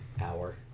Hour